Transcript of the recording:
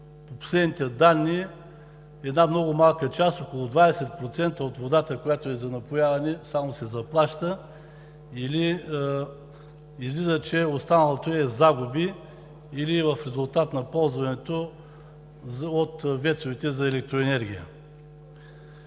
по последните данни една много малка част – около 20% от водата, която е за напояване, само се заплаща. Излиза, че останалото е загуби или е в резултат на ползването от ВЕЦ-овете за електроенергия.